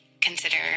consider